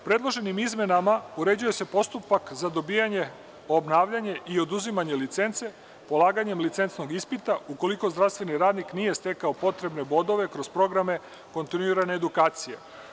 Predloženim izmenama uređuje se postupak za dobijanje, obnavljanje i oduzimanje licence polaganjem licencnog ispita ukoliko zdravstveni radnik nije stekao potrebne bodove kroz programe kontinuirane edukacije.